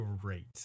great